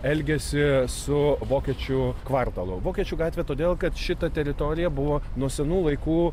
elgėsi su vokiečių kvartalu vokiečių gatvė todėl kad šita teritorija buvo nuo senų laikų